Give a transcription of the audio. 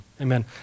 Amen